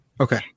Okay